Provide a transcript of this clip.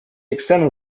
external